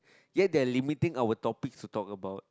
yet they're limiting our topics to talk about